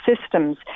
systems